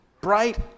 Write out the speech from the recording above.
bright